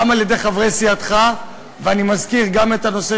גם של חברי סיעתך, ואני מזכיר גם את החוק